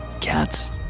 cats